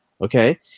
okay